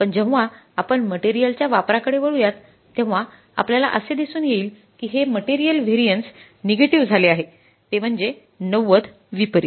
पण जेव्हा आपण मटेरियलच्या वापराकडे वळूयात तेव्हा आपल्यला असे दिसून येईल कि हे मटेरीअल व्हॅरियन्स निगेटिव्ह झाले आहे ते म्हणजे ९०विपरीत